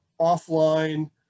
offline